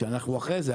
שאנחנו אחרי זה,